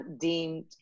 deemed